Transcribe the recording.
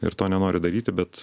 ir to nenoriu daryti bet